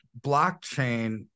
blockchain